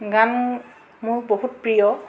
গান মোৰ বহুত প্ৰিয়